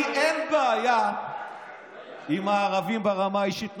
לי אין בעיה עם הערבים ברמה האישית.